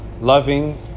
loving